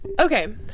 Okay